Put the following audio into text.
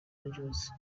angeles